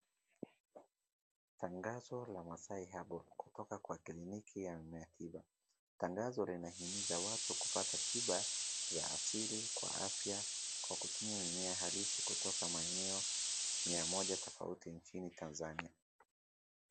Tangazo la masai herbal kutoka kwa kliniki ya mmea tiba, tangazo linahimiza watu kupata tiba za asili kwa afya kwa kutumia mimea halisi kutoka maeneo mia moja tofauti nchini Tanzania.